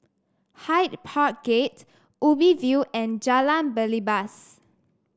Hyde Park Gate Ubi View and Jalan Belibas